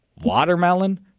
watermelon